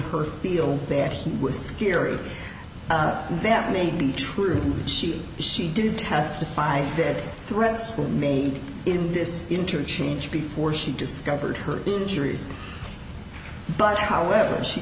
her feel that he was scary and that may be true she she did testify that threats were made in this interchange before she discovered her injuries but however she